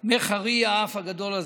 מה חרי האף הגדול הזה".